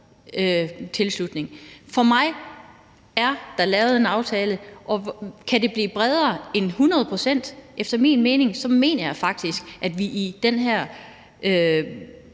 tilslutning? For mig er der lavet en aftale, og kan det blive bredere end 100 pct.? Efter min mening har vi i den her